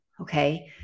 Okay